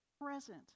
present